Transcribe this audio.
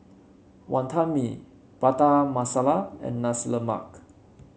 Wonton Mee Prata Masala and Nasi Lemak